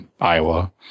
iowa